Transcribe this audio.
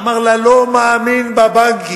אמר לה: לא מאמין בבנקים,